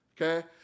okay